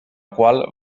qual